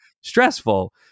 stressful